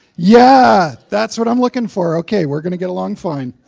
yeah! that's what i'm looking for. okay, we're going to get along fine.